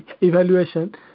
evaluation